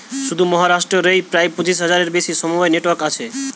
শুধু মহারাষ্ট্র রেই প্রায় পঁচিশ হাজারের বেশি সমবায় নেটওয়ার্ক আছে